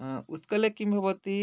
उत्कले किं भवति